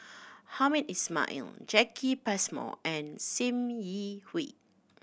Hamed Ismail Jacki Passmore and Sim Yi Hui